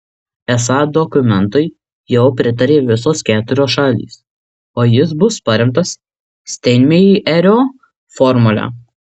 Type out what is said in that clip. esą dokumentui jau pritarė visos keturios šalys o jis bus paremtas steinmeierio formule